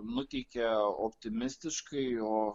nuteikia optimistiškai o